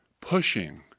pushing